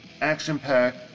action-packed